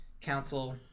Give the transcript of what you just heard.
Council